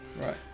right